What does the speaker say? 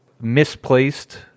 misplaced